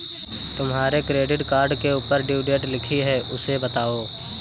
तुम्हारे credit card के ऊपर ड्यू डेट लिखी है उसे बताओ